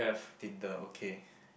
Tinder okay